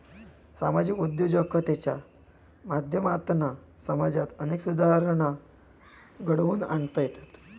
सामाजिक उद्योजकतेच्या माध्यमातना समाजात अनेक सुधारणा घडवुन आणता येतत